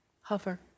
Hover